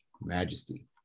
majesty